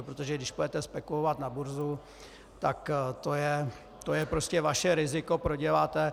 Protože když půjdete spekulovat na burzu, tak je to prostě vaše riziko, proděláte.